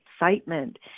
excitement